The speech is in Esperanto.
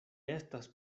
estas